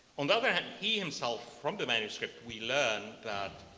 on the other hand, he himself from the manuscript, we learn that